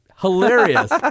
Hilarious